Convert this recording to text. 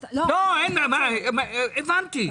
הבנתי.